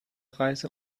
reise